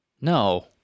No